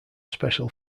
special